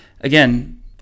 Again